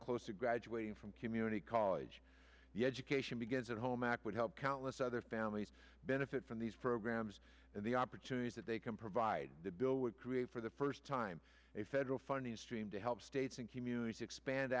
close to graduating from community college the education begins at home act would help countless other families benefit from these programs and the opportunities that they can provide the bill would create for the first time a federal funding stream to help states and communities expand